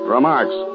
Remarks